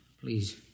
Please